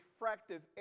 refractive